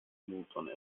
multon